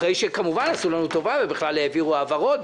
אחרי שכמובן עשו לנו טובה, ובכלל העבירו העברות.